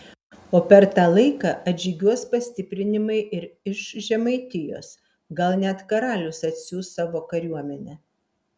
o per tą laiką atžygiuos pastiprinimai ir iš žemaitijos gal net karalius atsiųs savo kariuomenę